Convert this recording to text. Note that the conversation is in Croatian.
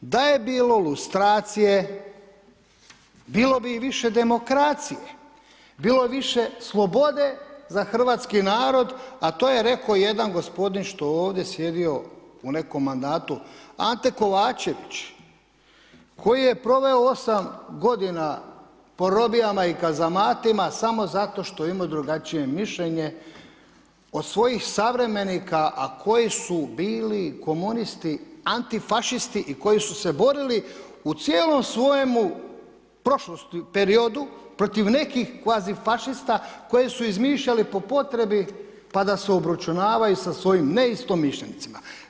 Da je bilo lustracije, bilo bi više demokracije, bilo bi više slobode za hrvatski narod, a to je reko jedan gospodin što ovdje sjedio u nekom mandatu Ante Kovačević koji je proveo 8 godina po robijama i kazamatima samo zato što je imao drugačije mišljenje od svojih savremenika, a koji su bili komunisti, antifašisti i koji su se borili u cijelom svojemu prošlosti periodu protiv nekih kvazi fašista koje su izmišljali po potrebi, pa da se obračunavaju sa svojim neistomišljenicima.